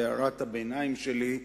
בהערת הביניים שלי,